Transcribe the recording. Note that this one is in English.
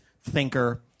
thinker